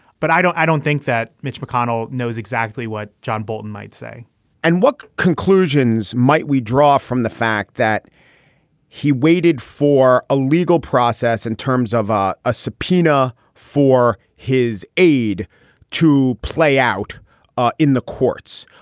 but i don't i don't think that mitch mcconnell knows exactly what john bolton might say and what conclusions might we draw from the fact that he waited for a legal process in terms of ah a subpoena for his aide to play out ah in the courts?